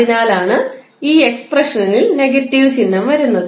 അതിനാലാണ് ഈ എക്സ്പ്രഷനിൽ നെഗറ്റീവ് ചിഹ്നം വരുന്നത്